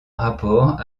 rapport